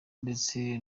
ndetse